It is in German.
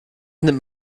nimmt